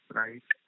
right